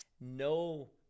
No